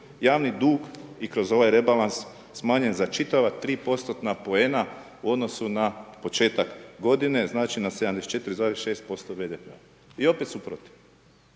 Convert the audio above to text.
Javni dug i kroz ovaj rebalans smanjen za čitava 3% poena u odnosu na početak godine, znači na 74,6% BDP-a i opet su protiv.